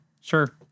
Sure